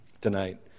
tonight